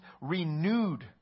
renewed